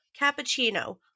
cappuccino